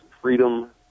freedom